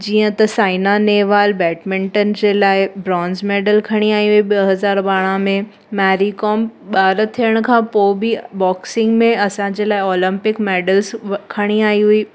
जीअं त साइना नेहवाल बैडमिंटन जे लाइ ब्रौंस मेडल खणी आई हुई ॿ हज़ार ॿारहां में मैरीकॉम ॿार थियणु खां पोइ बि बॉसिंग में असांजे लाइ ओलंपिक्स मेडल्स खणी आई हुई